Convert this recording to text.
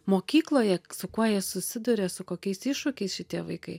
mokykloje su kuo jie susiduria su kokiais iššūkiais šitie vaikai